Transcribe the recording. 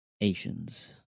Asians